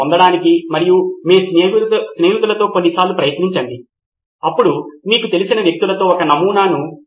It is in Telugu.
చివర్లో చివరి దశ అవసరాలు లేదా లక్షణాల పరంగా వాక్యార్థమును వివరించడం ఇవి మన వ్యవస్థలో మనం వెతుకుతున్నది రిపోజిటరీ కదా అని ఖచ్చితంగా మీరు చెబుతారు